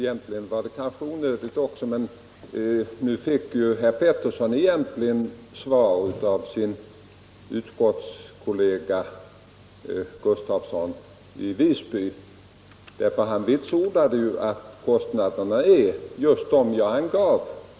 Herr talman! Nu fick herr Petersson i Röstånga svar av sin utskottskollega herr Gustafsson i Stenkyrka, som vitsordade att kostnaderna är just de jag angav.